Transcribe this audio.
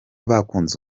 bakunze